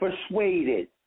persuaded